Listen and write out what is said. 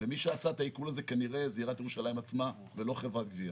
ומי שעשה את העיקול הזה הוא כנראה עיריית ירושלים עצמה ולא חברת גבייה.